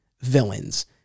villains